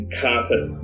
carpet